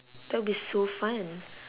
that'll be so fun